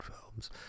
films